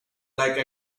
like